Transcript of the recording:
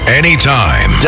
anytime